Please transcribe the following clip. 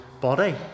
body